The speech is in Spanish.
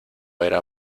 era